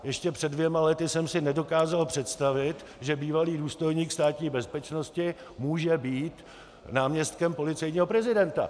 Ještě před dvěma lety jsem si nedokázal představit, že bývalý důstojník Státní bezpečnosti může být náměstkem policejního prezidenta.